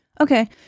okay